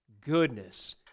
goodness